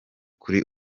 kuri